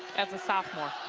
as a sophomore.